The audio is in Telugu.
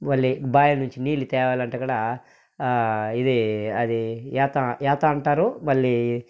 మళ్ళీ బావి నుంచి నీళ్ళు తేవాలంటే కూడా ఇదీ అది యాత యాత అంటారు మళ్ళీ